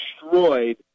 destroyed